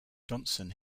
johnson